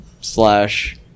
slash